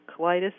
colitis